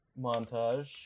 montage